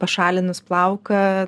pašalinus plauką